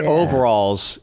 overalls